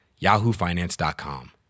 YahooFinance.com